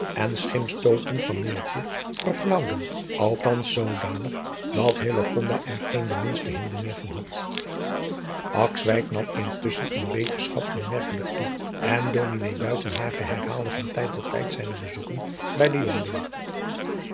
en schimpschoten van neeltje verslaauwden althans zoodanig dat hillegonda er geen den minsten hinder meer van had akswijk nam intusschen in beterschap aanmerkelijk toe en ds buitenhagen herhaalde van tijd tot tijd zijne bezoeken bij den jongeling